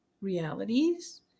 realities